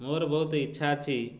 ମୋର ବହୁତ ଇଚ୍ଛା ଅଛି